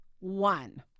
One